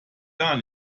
gar